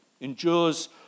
endures